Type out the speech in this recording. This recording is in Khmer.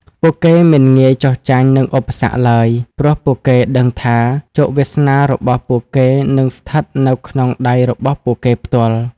ពួកគេមិនងាយចុះចាញ់នឹងឧបសគ្គឡើយ ព្រោះពួកគេដឹងថាជោគវាសនារបស់ពួកគេគឺស្ថិតនៅក្នុងដៃរបស់ពួកគេផ្ទាល់។